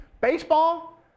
baseball